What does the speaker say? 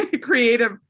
creative